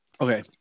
okay